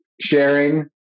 sharing